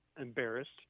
embarrassed